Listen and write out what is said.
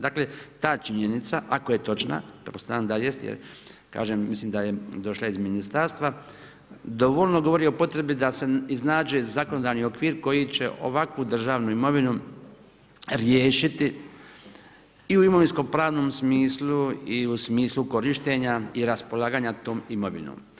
Dakle, ta činjenica ako je točna, pretpostavljam da jest jer kažem mislim da je došla iz ministarstva, dovoljno govori o potrebi da se iznađe zakonodavni okvir koji će ovakvu državnu imovinu riješiti i u imovinsko-pravnom smislu i u smislu korištenja i raspolaganja tom imovinom.